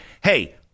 hey